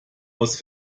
aus